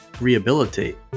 rehabilitate